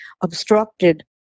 obstructed